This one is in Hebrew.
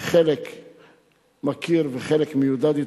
חלק מכיר ועם חלק מיודד,